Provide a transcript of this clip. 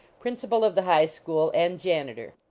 principal of the high school and janitor.